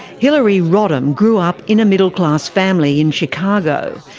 hillary rodham grew up in a middle class family in chicago.